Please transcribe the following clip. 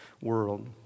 World